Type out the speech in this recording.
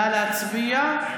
נא להצביע.